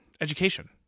education